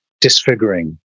disfiguring